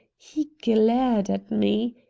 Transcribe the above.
he glared at me.